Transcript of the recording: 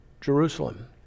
Jerusalem